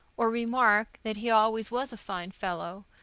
or remark that he always was a fine fellow.